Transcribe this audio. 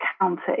county